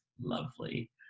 lovely